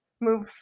move